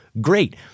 Great